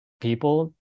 people